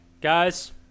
Guys